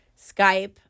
Skype